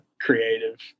creative